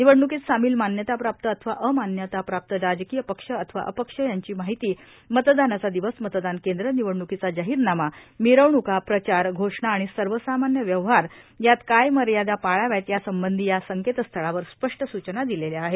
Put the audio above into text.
निवडण्कीत सामील मान्यताप्राप्त अथवा अमान्यताप्राप्त राजकीय पक्ष अथवा अपक्ष यांची माहिती मतदानाचा दिवस मतदान केंद्र निवडण्कीचा जाहीरनामा मिरवणुकाप्रचार घोषणा आणि सर्वसामान्य व्यवहार यात काय मर्यादा पाळाव्यात यासंबंधी या संकेतस्थळावर स्पष्ट सूचना दिलेल्या आहेत